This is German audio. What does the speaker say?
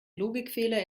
logikfehler